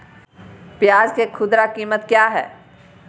प्याज के खुदरा कीमत क्या है?